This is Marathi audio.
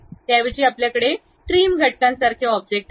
त्याऐवजी आपल्याकडे ट्रिम घटकांसारखे ऑब्जेक्ट आहे